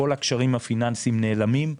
כל הקשרים הפיננסיים נעלמים,